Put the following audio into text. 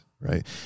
right